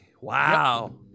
wow